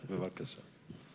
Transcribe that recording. בבקשה.